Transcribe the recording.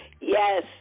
Yes